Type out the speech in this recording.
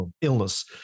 illness